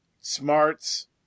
smarts